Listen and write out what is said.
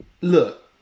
Look